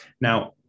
Now